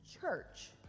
church